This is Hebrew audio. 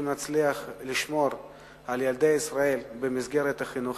אם נצליח לשמור על ילדי ישראל במסגרת החינוכית,